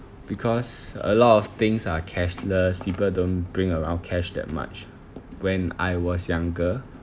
because a lot of things are cashless people don't bring around cash that much when I was younger